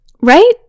Right